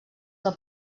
del